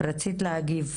יעל את רצית להגיב.